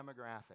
demographic